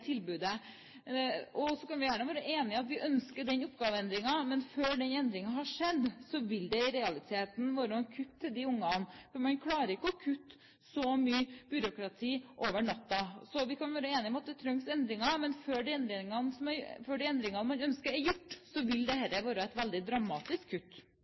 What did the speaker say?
Så kan vi gjerne være enig i at vi ønsker en slik oppgaveendring, men før den endringen har skjedd, vil det i realiteten være et kutt i tilbudet til de ungene, for man klarer ikke å kutte så mye byråkrati over natten. Vi kan være enige om at det trengs endringer, men før de endringene man ønsker, er gjort, vil dette bety et veldig dramatisk kutt.